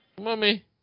mommy